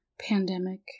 pandemic